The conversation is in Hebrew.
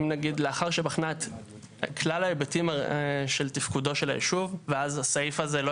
אם נגיד לאחר שבחנה את כלל ההיבטים של תפקודו של היישוב ואז הסעיף זה לא